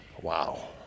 Wow